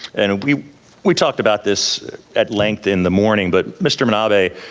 and we we talked about this at length in the morning, but mr. minabe,